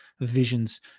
visions